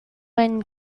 when